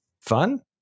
fun